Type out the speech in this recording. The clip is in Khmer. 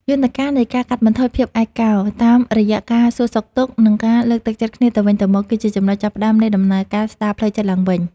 យន្តការនៃការកាត់បន្ថយភាពឯកោ តាមរយៈការសួរសុខទុក្ខ និងការលើកទឹកចិត្តគ្នាទៅវិញទៅមក គឺជាចំណុចចាប់ផ្ដើមនៃដំណើរការស្ដារផ្លូវចិត្តឡើងវិញ។